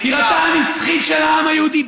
בירתו הנצחית של העם היהודי,